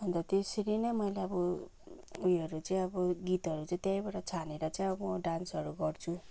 अन्त त्यसरी नै मैले अब उयोहरू चाहिँ अब गीतहरू त्यहीँबाट छानेर चाहिँ अब डान्सहरू गर्छु